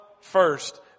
first